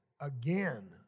again